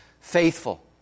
faithful